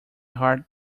heart